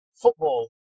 football